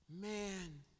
Man